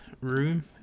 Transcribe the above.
room